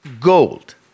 gold